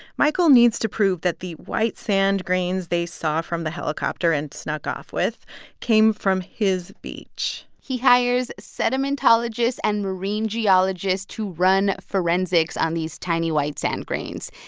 michael needs to prove that the white sand grains they saw from the helicopter and snuck off with came from his beach he hires sedimentologists and marine geologists to run forensics on these tiny, white sand grains.